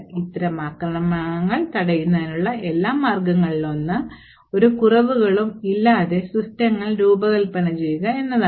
ഇത്തരം ആക്രമണങ്ങൾ തടയുന്നതിനുള്ള ഏറ്റവും നല്ല മാർഗ്ഗങ്ങളിലൊന്ന് ഒരു കുറവുകളും ഇല്ലാതെ സിസ്റ്റങ്ങൾ രൂപകൽപ്പന ചെയ്യുക എന്നതാണ്